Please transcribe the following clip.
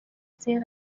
ser